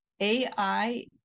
AI